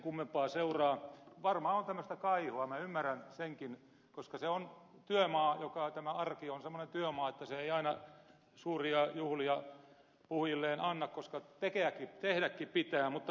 varmaan on tämmöistä kaihoa minä ymmärrän senkin koska tämä arki on semmoinen työmaa että se ei aina suuria juhlia puhujilleen anna koska tehdäkin pitää